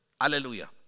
Hallelujah